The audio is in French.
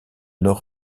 nord